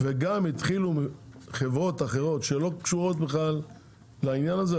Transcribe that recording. וגם התחילו חברות אחרות שלא קשורות בכלל לעניין הזה,